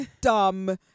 dumb